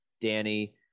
danny